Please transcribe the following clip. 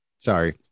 Sorry